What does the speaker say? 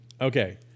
Okay